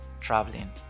traveling